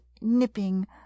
nipping